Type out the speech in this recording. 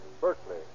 Berkeley